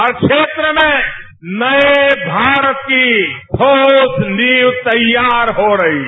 हर क्षेत्र में नए भारत की गेस नीव तैयार हो रही है